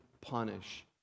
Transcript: punish